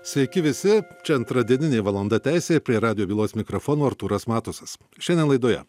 sveiki visi čia antradieninė valanda teisė prie radijo bylos mikrofono artūras matusas šiandien laidoje